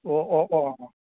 ꯑꯣ ꯑꯣ ꯑꯣ ꯑꯣ